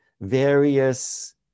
various